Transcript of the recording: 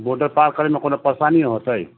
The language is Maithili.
बोर्डर पार करैमे कोनो परेशानी हौतै